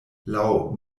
laŭ